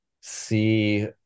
see